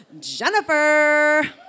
Jennifer